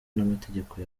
n’amategeko